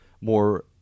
more